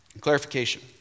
clarification